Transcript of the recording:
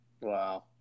Wow